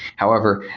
however,